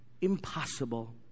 impossible